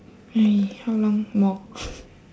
!hey! how long more